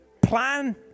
plan